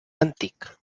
antic